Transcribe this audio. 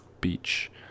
beach